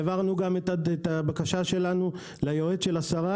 העברנו את הבקשה שלנו גם ליועץ השרה,